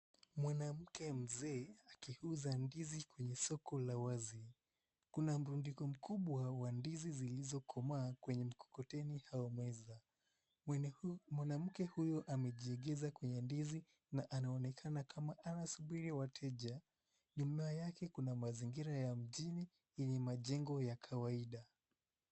Mwanamke mzee akiuza ndizi kwenye soko la wazi. Kuna mrundiko mkubwa wa ndizi zilizokomaa kwenye mkokoteni hawezi. Mwanamke huyo amejiegeza kwenye ndizi na anaonekana kama anasubiri wateja. Nyuma yake kuna mazingira ya mjini yenye majengo ya kawaida.